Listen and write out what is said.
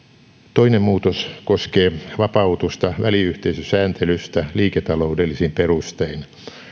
toinen muutos koskee vapautusta väliyhteisösääntelystä liiketaloudellisin perustein